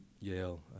Yale